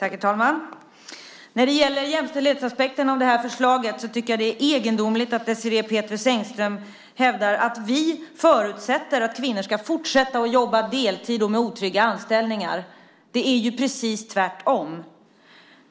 Herr talman! När det gäller jämställdhetsaspekten av det här förslaget tycker jag att det är egendomligt att Désirée Pethrus Engström hävdar att vi förutsätter att kvinnor ska fortsätta att jobba deltid i otrygga anställningar. Det är ju precis tvärtom!